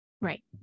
right